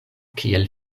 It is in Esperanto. kiel